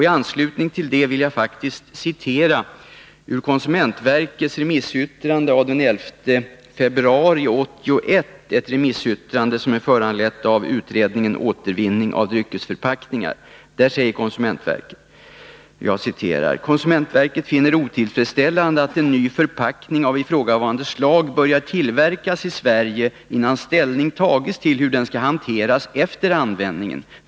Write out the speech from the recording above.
I anslutning härtill vill jag citera ur konsumentverkets remissyttrande av den 11 februari 1981 över utredningen Återvinning av dryckesförpackningar: ”Konsumentverket finner det otillfredsställande att en ny förpackning av ifrågavarande slag börjar tillverkas i Sverige innan ställning tagits till hur den skall hanteras efter användningen.